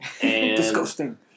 disgusting